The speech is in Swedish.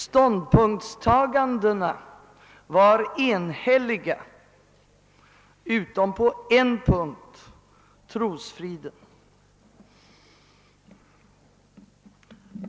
Ståndpunktstagandena var = enhälliga utom på en punkt: trosfriden.